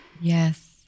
Yes